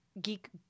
geek